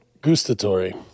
Gustatory